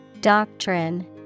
Doctrine